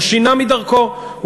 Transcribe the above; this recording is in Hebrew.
הוא שינה את דרכו.